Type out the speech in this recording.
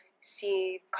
see